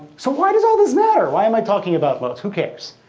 so why does all this matter? why am i talking about moats? who cares?